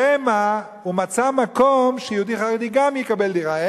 שמא הוא מצא מקום שיהודי חרדי גם יקבל דירה.